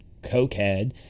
cokehead